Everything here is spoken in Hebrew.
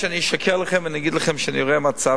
שאני אשקר לכם ואגיד לכם שאני רואה מצב